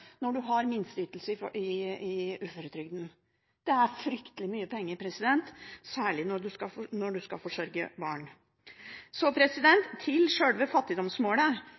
når du har minsteytelse i uføretrygden. Det er fryktelig mye penger, særlig når man skal forsørge barn. Så til selve fattigdomsmålet. Jeg ønsker at vi skal